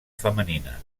femenina